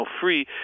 free